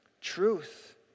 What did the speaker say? truth